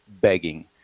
begging